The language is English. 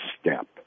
step